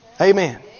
Amen